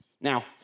Now